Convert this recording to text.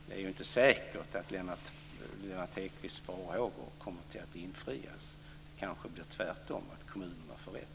Det är inte säkert att Lennart Hedquists farhågor kommer att infrias. Det blir kanske tvärtom, dvs. att kommunerna får rätt.